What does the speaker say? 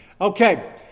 Okay